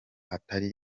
atari